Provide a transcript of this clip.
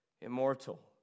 immortal